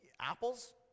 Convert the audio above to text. apples